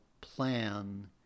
plan